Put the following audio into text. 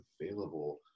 available